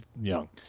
young